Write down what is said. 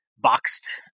boxed